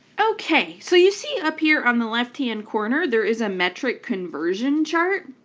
okay, so you see up here on the left-hand corner there is a metric conversion chart,